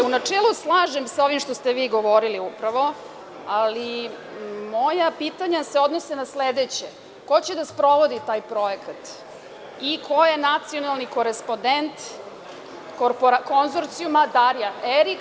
U načelu se slažem sa ovim što ste vi govorili, ali moja pitanja se odnose na sledeće – ko će da sprovodi taj projekat i ko je nacionalni korespodent konzorcijuma Darija Erik?